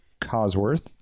Cosworth